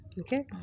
Okay